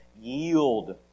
Yield